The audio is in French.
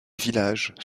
villages